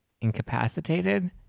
Incapacitated